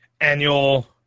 annual